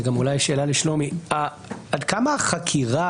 זאת אולי שאלה גם לשלומי עד כמה החקירה